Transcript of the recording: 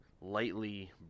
lightly